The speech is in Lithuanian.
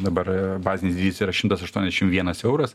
dabar bazinis dydis yra šimtas aštuoniasdešim vienas euras